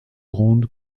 ronde